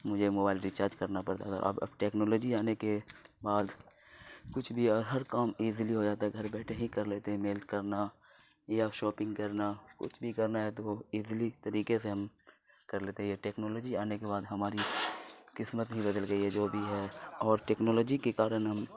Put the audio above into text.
مجھے mobile recharge کرنا پرتا ہے تھا اب اب ٹیکنالوجی آنے کے بعد کچھ بھی ہر کام ایزیلی ہو جاتا ہے گھر بیٹھے ہی کر لیتے ہیں میل کرنا یا شاپنگ کرنا کچھ بھی کرنا ہے تو وہ ایزیلی طریقے سے ہم کر لیتے ہیں یہ ٹیکنالوجی آنے کے بعد ہماری قسمت ہی بدل گئی ہے جو بھی ہے اور ٹیکنالوجی کے کارن ہم